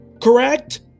Correct